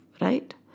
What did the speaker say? right